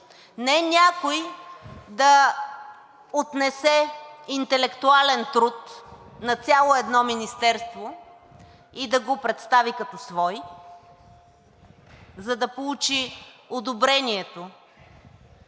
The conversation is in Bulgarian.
Не някой да отнесе интелектуален труд на цяло едно министерство и да го представи като свой, за да получи одобрението